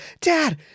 Dad